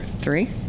three